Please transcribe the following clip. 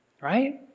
Right